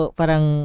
parang